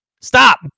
Stop